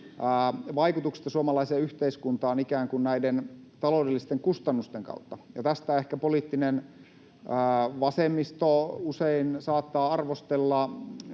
vaikutuksista suomalaiseen yhteiskuntaan ikään kuin näiden taloudellisten kustannusten kautta — ja tästä ehkä poliittinen vasemmisto usein saattaa arvostella